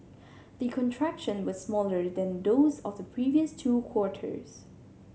the contraction was smaller than those of the previous two quarters